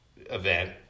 event